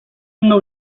mną